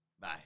bye